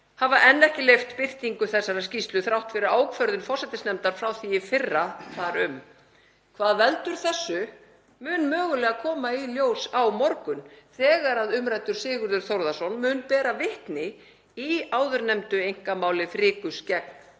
hafa enn ekki leyft birtingu þessarar skýrslu þrátt fyrir ákvörðun forsætisnefndar frá því í fyrra þar um. Hvað veldur þessu mun mögulega koma í ljós á morgun þegar umræddur Sigurður Þórðarson mun bera vitni í áðurnefndu einkamáli Frigus gegn